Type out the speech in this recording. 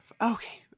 Okay